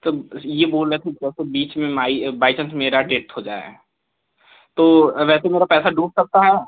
तब ये बोल रहे थे कि जैसे बीच में माई बाई चांस मेरा डेथ हो जाए तो वैसे मेरा पैसा डूब सकता है